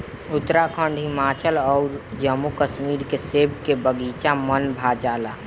उत्तराखंड, हिमाचल अउर जम्मू कश्मीर के सेब के बगाइचा मन भा जाला